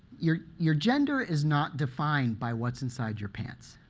your your gender is not defined by what's inside your pants.